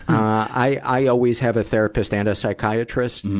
i, i always have a therapist and a psychiatrist.